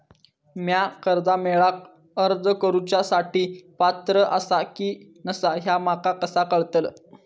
म्या कर्जा मेळाक अर्ज करुच्या साठी पात्र आसा की नसा ह्या माका कसा कळतल?